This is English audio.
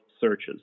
searches